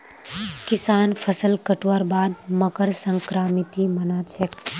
किसान फसल कटवार बाद मकर संक्रांति मना छेक